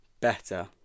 better